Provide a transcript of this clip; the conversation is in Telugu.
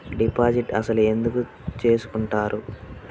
డిపాజిట్ అసలు ఎందుకు చేసుకుంటారు?